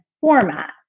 format